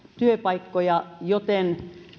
työpaikkoja joten